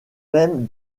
même